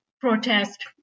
protest